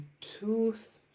tooth